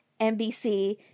NBC